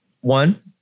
one